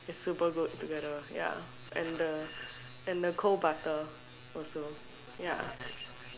it's super good together ya and the and the cold butter also ya